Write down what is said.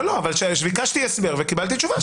לא, אבל ביקשתי הסבר וקיבלתי תשובה.